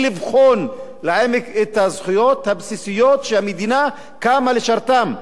לבחון לעומק את הזכויות הבסיסיות שהמדינה קמה לשרתן.